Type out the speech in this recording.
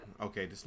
Okay